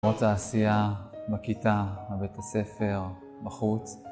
כמו תעשייה בכיתה, בבית הספר, בחוץ